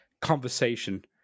conversation